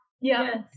Yes